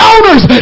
owners